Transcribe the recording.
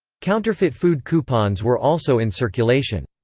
counterfeit food coupons were also in circulation.